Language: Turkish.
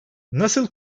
nasıl